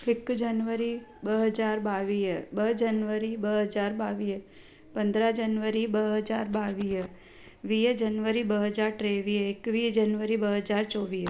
हिकु जनवरी ॿ हज़ार ॿावीह ॿ जनवरी ॿ हज़ार ॿावीह पंद्रहं जनवरी ॿ हज़ार ॿावीह वीह जनवरी ॿ हज़ार टेवीह एकवीह जनवरी ॿ हज़ार चोवीह